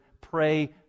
pray